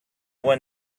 one